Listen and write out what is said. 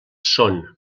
són